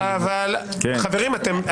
חברים,